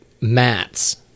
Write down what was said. mats